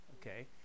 okay